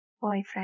boyfriend